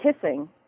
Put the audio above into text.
kissing